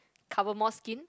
cover more skin